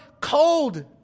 cold